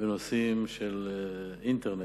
בנושאים של אינטרנט,